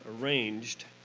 arranged